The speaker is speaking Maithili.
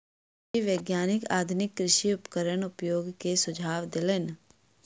कृषि वैज्ञानिक आधुनिक कृषि उपकरणक उपयोग के सुझाव देलैन